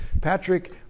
Patrick